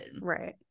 right